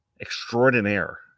extraordinaire